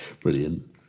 Brilliant